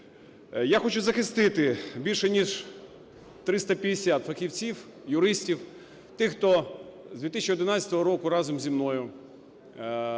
Я хочу захистити більш ніж 350 фахівців, юристів, тих, хто з 2011 року разом зі мною до